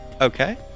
Okay